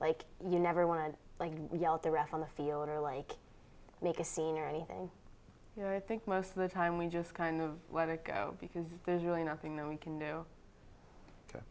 like you never want to like yell at the ref on the field or like make a scene or anything you know i think most of the time we just kind of let it go because there's really nothing that we can do